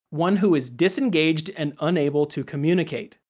one who is disengaged and unable to communicate.